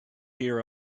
hear